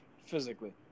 physically